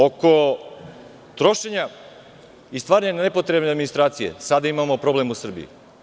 Oko trošenja i stvaranja nepotrebne administracije sada imamo problem u Srbiji.